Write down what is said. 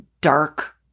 dark